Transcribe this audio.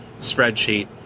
spreadsheet